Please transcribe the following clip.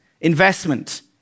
investment